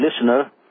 listener